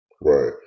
Right